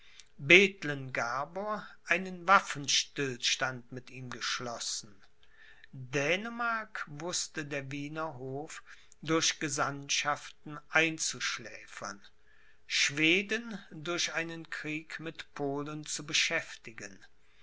einen waffenstillstand mit ihm geschlossen dänemark wußte der wiener hof durch gesandtschaften einzuschläfern schweden durch einen krieg mit polen zu beschäftigen